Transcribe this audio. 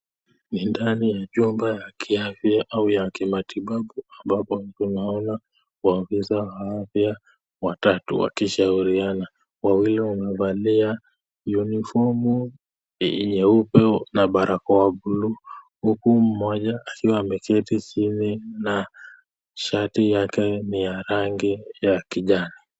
Ni ndani ya nyumba ya kiafya au ya kimatibabu ambapo tunaona watu wau afya watatu waki shauriana, wawili wamevalia uniform nyeupe na barakoa buluu huku mmoja akiwa ameketi chini na shati yake niya rangi ya kijani.